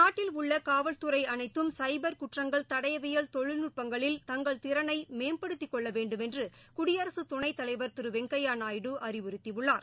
நாட்டில் உள்ள காவல்துறை அனைத்தும் சைபர் குற்றங்கள் தடயவியல் ஆகிய தொழில் நட்பங்களில் தங்கள் திறனை மேம்படுத்தி கொள்ள வேண்டுமென்று குடியரசு துணைத்தலைவர் திரு வெங்கையா நாயுடு அறிவுறுத்தி உள்ளார்